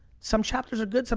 some chapters are good, some,